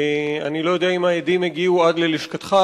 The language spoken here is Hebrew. אני לא יודע אם ההדים הגיעו עד ללשכתך,